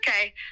okay